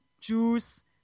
juice